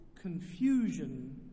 confusion